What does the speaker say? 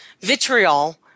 vitriol